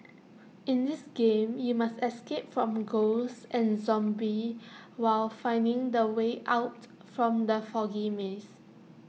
in this game you must escape from ghosts and zombies while finding the way out from the foggy maze